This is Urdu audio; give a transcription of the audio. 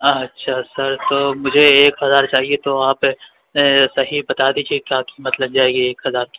اچھا سر تو مجھے ایک ہزار چاہیے تو آپ صحیح بتا دیجیے کیا قیمت لگ جائے گی ایک ہزار کی